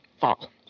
fall